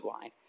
line